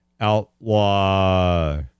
outlaw